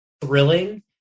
thrilling